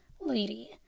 lady